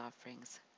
offerings